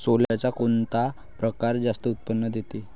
सोल्याचा कोनता परकार जास्त उत्पन्न देते?